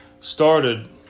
started